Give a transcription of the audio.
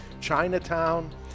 *Chinatown*